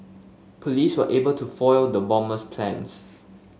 police were able to foil the bomber's plans